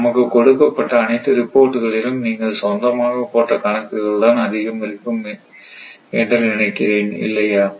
நமக்கு கொடுக்கப்பட்ட அனைத்து ரிப்போர்ட் களிலும் நீங்கள் சொந்தமாகவே போட்ட கணக்குகள் தான் அதிகம் என்று நினைக்கிறேன் இல்லையா